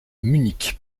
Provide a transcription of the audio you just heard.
munich